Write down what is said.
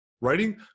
Writing